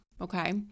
okay